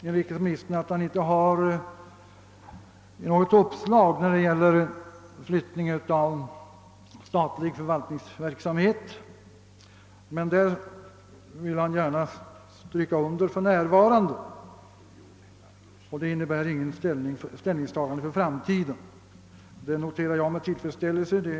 Inrikesministern säger att han för närvarande inte har några uppslag beträffande flyttning av någon statlig förvaltningsverksamhet. Detta innebär inget ställningstagande för framtiden, vilket jag med tillfredsställelse noterar.